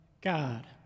God